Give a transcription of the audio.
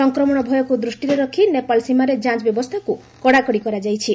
ସଂକ୍ରମଣ ଭୟକ୍ତ ଦୃଷ୍ଟିରେ ରଖି ନେପାଳ ସୀମାରେ ଯାଞ୍ଚ ବ୍ୟବସ୍ଥାକ୍ର କଡ଼ାକଡ଼ି କରାଯାଇଛି